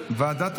לוועדה